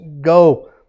go